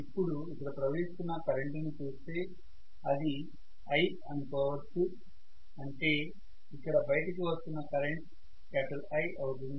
ఇప్పుడు ఇక్కడ ప్రవహిస్తున్న కరెంటు ని చూస్తే అది I అనుకోవచ్చు అంటే ఇక్కడ బయటకి వస్తున్న కరెంట్ I అవుతుంది